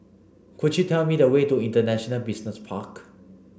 could you tell me the way to International Business Park